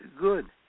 good